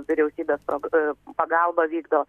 vyriausybės pro pagalba vykdo